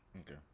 Okay